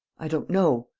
i don't know,